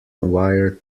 wire